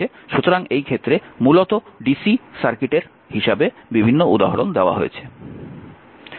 সুতরাং এই ক্ষেত্রে মূলত ডিসি সার্কিটের হিসাবে বিভিন্ন উদাহরণ দেওয়া হয়েছে